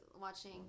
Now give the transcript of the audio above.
watching